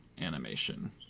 animation